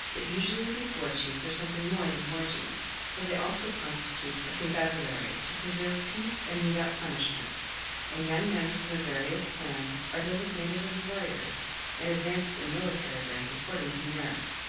but usually these war chiefs are something more than war chiefs, for they also constitute a constabulary to preserve peace and mete out punishment and young men from the various clans are designated as warriors and advanced in military rank according to merit.